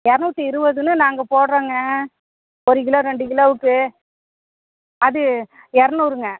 இரநூத்தி இருவதுன்னு நாங்கள் போடுறோங்க ஒரு கிலோ ரெண்டு கிலோவுக்கு அது இரநூறுங்க